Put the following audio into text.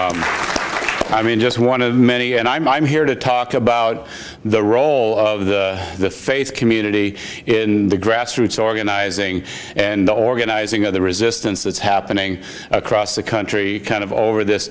you i mean just one of many and i'm i'm here to talk about the role of the faith community in the grassroots organizing and organizing of the resistance that's happening across the country kind of over this